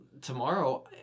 tomorrow